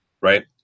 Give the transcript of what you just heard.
Right